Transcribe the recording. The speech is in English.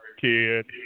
Kid